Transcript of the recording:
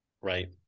right